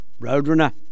Roadrunner